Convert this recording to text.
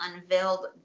Unveiled